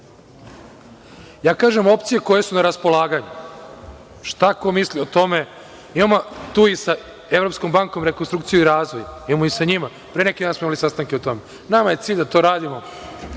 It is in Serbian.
kažem opcije koje su na raspolaganju, a šta ko misli o tome… Imamo tu i sa Evropskom bankom rekonstrukciju i razvoj, imamo i sa njima, pre neki dan smo imali sastanke o tome. Nama je cilj da to radimo.